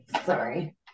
Sorry